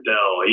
Dell